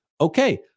okay